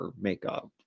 makeup